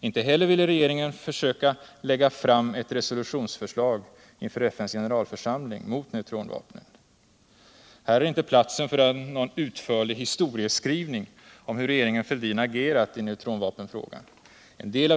Inte heller ville regeringen inför FN:s generalförsamling försöka lägga fram ett resolutionsförslag mot neutronvapnen.